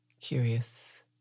curious